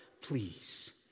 please